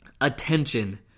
attention